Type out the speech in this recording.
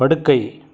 படுக்கை